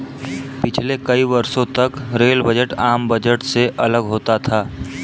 पिछले कई वर्षों तक रेल बजट आम बजट से अलग होता था